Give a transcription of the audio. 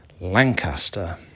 Lancaster